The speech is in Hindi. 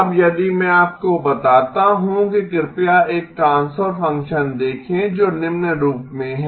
अब यदि मैं आपको बताता हूं कि कृपया एक ट्रांसफर फ़ंक्शन देखें जो निम्न रूप में है